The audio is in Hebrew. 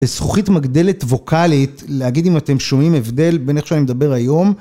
זכוכית מגדלת ווקאלית, להגיד אם אתם שומעים הבדל בין איך שאני מדבר היום.